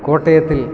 കോട്ടയത്തിൽ